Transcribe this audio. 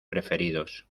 preferidos